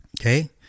Okay